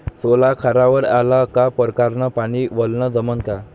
सोला खारावर आला का परकारं न पानी वलनं जमन का?